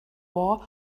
war